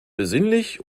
besinnlich